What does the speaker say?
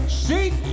seat